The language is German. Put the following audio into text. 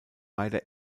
beider